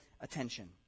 attention